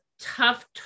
tough